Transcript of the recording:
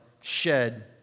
shed